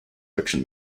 fiction